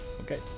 Okay